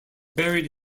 buried